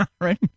Right